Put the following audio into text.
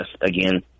again